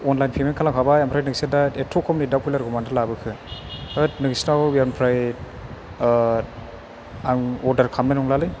online payment खालामखाबाय ओंफ्राय नोंसोर दा एथ' खमनि दाउ बयलारखौ मानोथो लाबोखो होथ नोंसिनाव एबारनिफ्राय आं अर्दार खालामनाय नंलालै